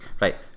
right